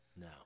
No